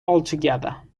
altogether